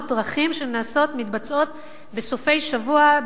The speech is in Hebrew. קורות בסופי-שבוע,